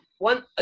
One